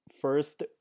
first